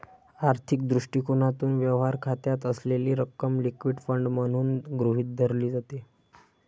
आर्थिक दृष्टिकोनातून, व्यवहार खात्यात असलेली रक्कम लिक्विड फंड म्हणून गृहीत धरली जाते